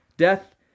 Death